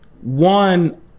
One